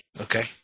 Okay